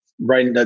right